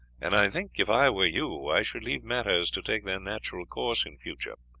and i think if i were you i should leave matters to take their natural course in future.